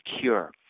cure